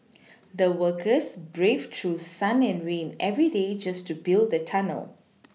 the workers braved through sun and rain every day just to build the tunnel